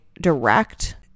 direct